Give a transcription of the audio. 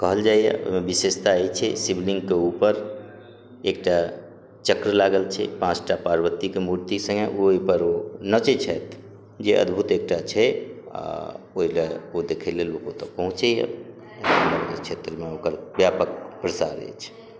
कहल जाइया ओहिमे विशेषता अछि शिवलिंगके ऊपर एकटा चक्र लागल छै पाँचटा पार्वतीके मूर्ति सङ्गे ओ ओहिपर ओ नचै छथि जे अद्भुत एकटा छै आ ओहि लए ओ देखै लेल ओतऽ पहुँचैया क्षेत्रमे ओकर व्यापक प्रसार अछि